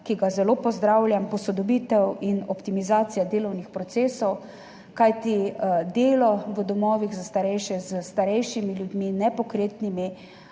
ki ga zelo pozdravljam, posodobitev in optimizacija delovnih procesov, kajti delo v domovih za starejše, s starejšimi ljudmi, nepokretnimi,